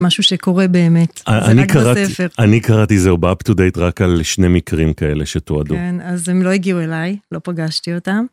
משהו שקורה באמת, זה רק בספר. אני קראתי זה, הוא בא up to date רק על שני מקרים כאלה שתועדו. כן, אז הם לא הגיעו אליי, לא פגשתי אותם.